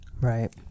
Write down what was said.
Right